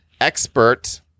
expert